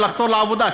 ולחזור לעבודה,